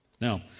Now